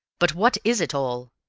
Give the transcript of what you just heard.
but what is it all?